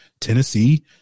Tennessee